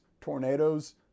tornadoes